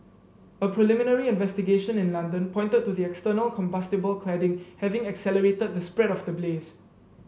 a preliminary investigation in London pointed to the external combustible cladding having accelerated the spread of the blaze